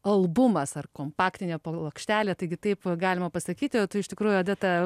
albumas ar kompaktinė plokštelė taigi taip galima pasakyti o tu iš tikrųjų odeta